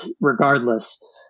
regardless